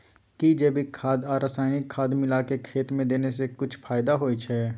कि जैविक खाद आ रसायनिक खाद मिलाके खेत मे देने से किछ फायदा होय छै?